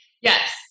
Yes